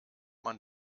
man